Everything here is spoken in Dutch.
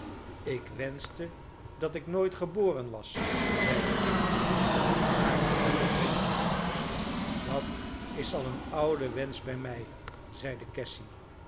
ik wenschte dat ik nooit geboren was zeide emmeline hare handen wringende dat is al een oude wensch bij mij zeide cassy